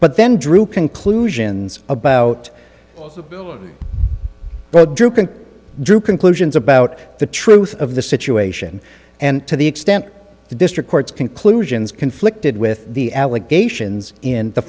but then drew conclusions about drew conclusions about the truth of the situation and to the extent the district court's conclusions conflicted with the allegations in the